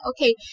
okay